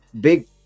big